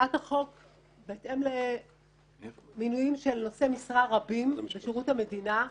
בהתאם למינויים של נושאי משרה רבים בשירות המדינה,